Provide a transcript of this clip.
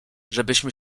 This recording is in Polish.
żebyśmy